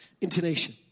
intonation